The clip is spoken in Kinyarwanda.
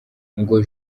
ngo